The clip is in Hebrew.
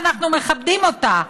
ואנחנו מכבדים אותה.